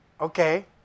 okay